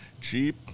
cheap